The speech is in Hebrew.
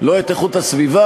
לא את איכות הסביבה,